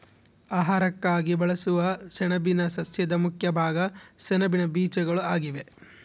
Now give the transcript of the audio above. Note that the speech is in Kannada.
ಆಹಾರಕ್ಕಾಗಿ ಬಳಸುವ ಸೆಣಬಿನ ಸಸ್ಯದ ಮುಖ್ಯ ಭಾಗ ಸೆಣಬಿನ ಬೀಜಗಳು ಆಗಿವೆ